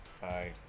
Hi